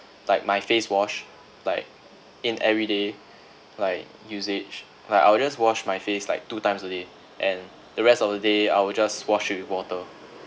like my face wash like in everyday like usage like I will just wash my face like two times a day and the rest of the day I will just wash it with water